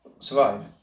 survive